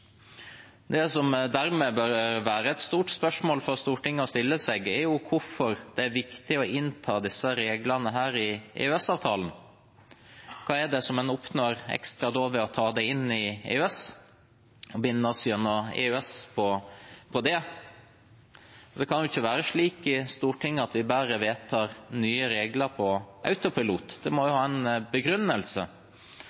Det som dermed bør være et stort spørsmål for Stortinget å stille seg, er hvorfor det er viktig å innta disse reglene i EØS-avtalen. Hva er det en oppnår ekstra ved å ta det inn i EØS-avtalen og binde oss gjennom EØS på det? Det kan ikke være slik at vi i Stortinget bare vedtar nye regler på autopilot – det må jo